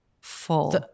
full